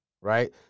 right